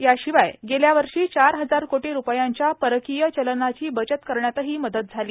याशिवाय गेल्या वर्षी चार हजार कोटी रुपयांच्या परकीय चलनाची बचत करण्यातही मदत झाली